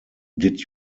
did